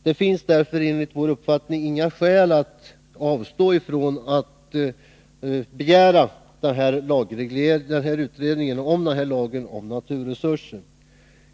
Det finns därför enligt vår uppfattning inga skäl att avstå från att begära en utredning om den här lagen om naturresurser.